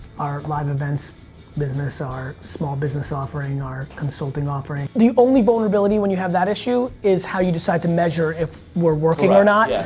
our live events business, our small business offering, our consulting offering the only vulnerability when you have that issue is how you decide to measure if we're working or not. yeah